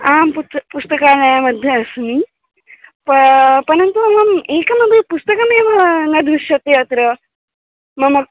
आं पुत् पुस्तकालयमध्ये अस्मि पा परन्तु मम् एकमपि पुस्तकमेव न दृश्यते अत्र मम